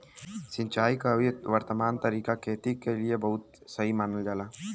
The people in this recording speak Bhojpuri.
सिंचाई क अभी वर्तमान तरीका खेती क लिए बहुत सही मानल जाला